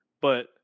But-